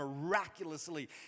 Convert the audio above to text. miraculously